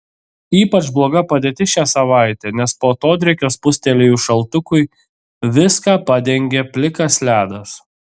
ypač bloga padėtis šią savaitę nes po atodrėkio spustelėjus šaltukui viską padengė plikas ledas